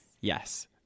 Yes